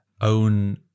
own